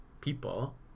people